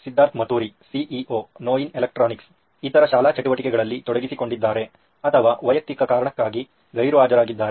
Siddharth Maturi CEO ನೋಯಿನ್ electronics ಇತರ ಶಾಲಾ ಚಟುವಟಿಕೆಗಳಲ್ಲಿ ತೊಡಗಿಸಿಕೊಂಡಿದ್ದಾರೆ ಅಥವಾ ವೈಯಕ್ತಿಕ ಕಾರಣಕ್ಕಾಗಿ ಗೈರುಹಾಜರಾಗಿದ್ದಾರೆ